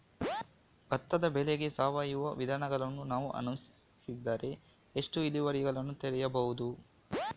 ಭತ್ತದ ಬೆಳೆಗೆ ಸಾವಯವ ವಿಧಾನವನ್ನು ನಾವು ಅನುಸರಿಸಿದರೆ ಎಷ್ಟು ಇಳುವರಿಯನ್ನು ತೆಗೆಯಬಹುದು?